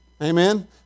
Amen